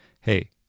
Hey